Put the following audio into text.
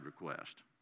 request